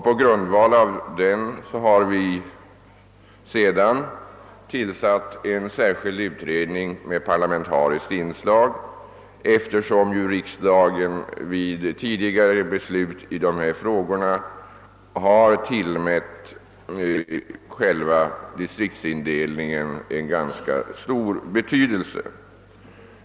På grundval härav har vi sedan tillsatt en särskild utredning med parlamentariskt inslag, eftersom riksdagen vid tidigare beslut i dessa frågor har tillmätt själva distriktsindelningen en ganska stor betydelse.